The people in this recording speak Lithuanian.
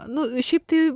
nu šiaip tai